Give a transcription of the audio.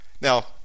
Now